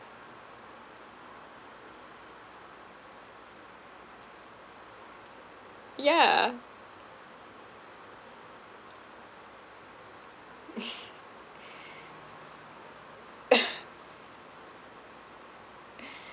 yeah